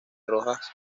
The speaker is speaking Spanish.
rojas